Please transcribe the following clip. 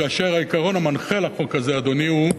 כאשר העיקרון המנחה לחוק הזה, אדוני, הוא,